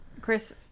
Chris